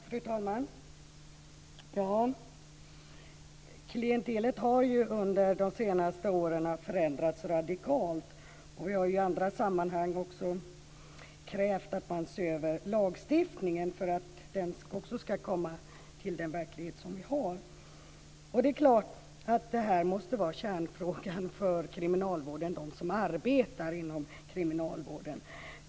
Fru talman! Klientelet har under de senaste åren förändrats radikalt. Vi har i andra sammanhang krävt att man ser över lagstiftningen för att den också ska gälla den verklighet som vi har. Det är klart att det här måste vara kärnfrågan för kriminalvården, för dem som arbetar inom kriminalvården.